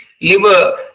liver